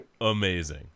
amazing